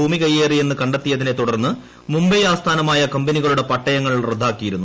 ഭൂമി കൈയേറിയെന്ന് കണ്ടെത്തിയതിനെ തുടർന്ന് മുംബൈ ആസ്ഥാനമായ കമ്പനികളുടെ പട്ടയങ്ങൾ റദ്ദാക്കിയിരുന്നു